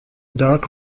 dark